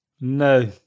No